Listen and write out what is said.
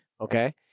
okay